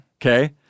Okay